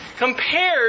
Compared